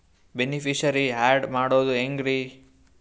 Beneficiary, add ಮಾಡೋದು ಹೆಂಗ್ರಿ?